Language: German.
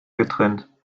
getrennt